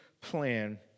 plan